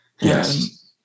Yes